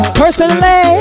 personally